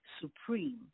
supreme